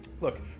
Look